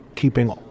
keeping